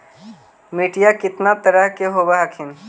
मिट्टीया कितना तरह के होब हखिन?